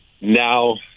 now